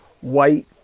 white